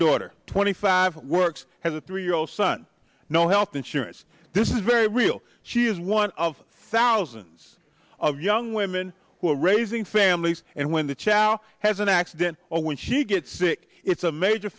daughter twenty five works has a three year old son no health insurance this is very real she is one of thousands of young women who are raising families and when the chap has an accident or when she gets sick it's a major